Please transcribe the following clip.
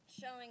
showing